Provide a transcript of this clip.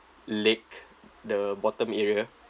leg the bottom area